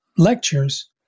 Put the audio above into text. Lectures